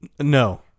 No